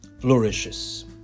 flourishes